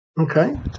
Okay